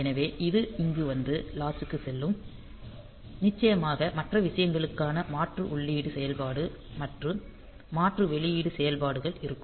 எனவே இது இங்கு வந்து லாட்சு க்குச் செல்லும் நிச்சயமாக மற்ற விஷயங்களான மாற்று உள்ளீட்டு செயல்பாடு மற்றும் மாற்று வெளியீட்டு செயல்பாடுகள் இருக்கும்